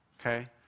Okay